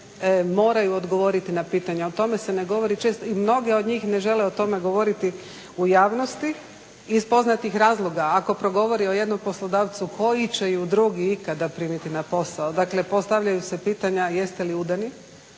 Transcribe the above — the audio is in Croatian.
moraju odgovoriti na pitanje o tome se ne govori često i mnoge od njih ne žele o tome govoriti u javnosti iz poznatih razloga. Ako progovori o jednom poslodavcu koji će ju drugi ikada primiti na posao. Dakle postavlja se pitanje jeste li udani,